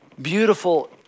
Beautiful